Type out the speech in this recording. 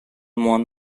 one